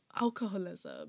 alcoholism